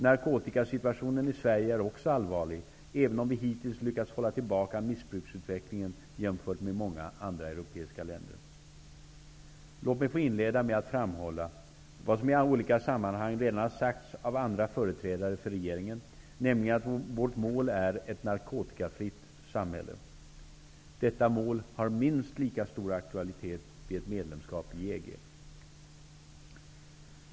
Narkotikasituationen i Sverige är också allvarlig, även om vi hittills lyckats hålla tillbaka missbruksutvecklingen jämfört med många andra europeiska länder. Låt mig få inleda med att framhålla vad som i olika sammanhang redan har sagts av andra företrädare för regeringen, nämligen att vårt mål är ett narkotikafritt samhälle. Detta mål har minst lika stor aktualitet vid ett svenskt medlemskap i EG.